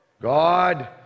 God